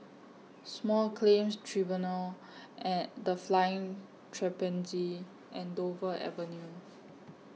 Small Claims Tribunals and The Flying Trapeze and Dover Avenue